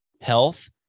health